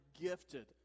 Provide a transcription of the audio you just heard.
gifted